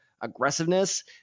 aggressiveness